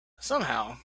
somehow